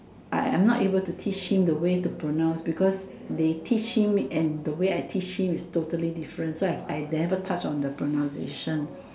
I I'm not able to teach him the way to pronounce because they teach him and the way I teach him is totally different so I I never touch on the pronunciation